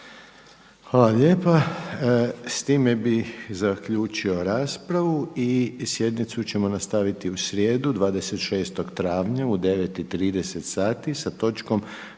Hvala. S time bi zaključio raspravu i sjednicu ćemo nastaviti u srijedu 26. travnja u 9,30 sati sa točkom